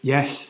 Yes